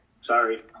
Sorry